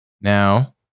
Now